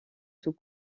sous